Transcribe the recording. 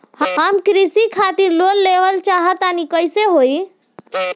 हम कृषि खातिर लोन लेवल चाहऽ तनि कइसे होई?